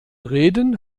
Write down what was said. reden